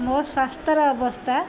ମୋ ସ୍ୱାସ୍ଥ୍ୟର ଅବସ୍ଥା